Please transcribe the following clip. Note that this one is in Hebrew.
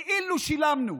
כאילו שילמנו.